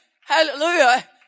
Hallelujah